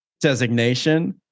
designation